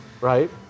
Right